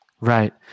right